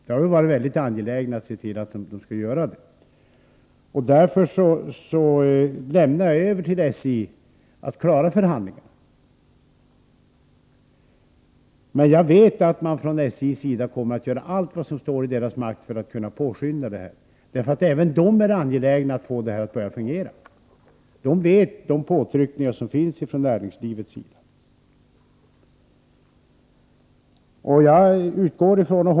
Vi har varit mycket angelägna om att se till att de skall göra det. Därför låter jag SJ klara förhandlingarna. Jag vet att man från SJ:s sida kommer att göra allt som står i SJ:s makt för att påskynda detta arbete. Även SJ är angeläget att få detta att börja fungera. SJ känner till näringslivets påtryckningar.